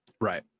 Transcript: right